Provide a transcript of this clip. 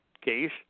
case